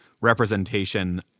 representation